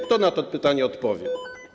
Kto na to pytanie odpowie?